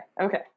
okay